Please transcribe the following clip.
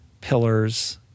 pillars